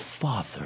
Father